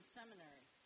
seminary